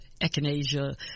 echinacea